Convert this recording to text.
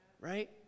right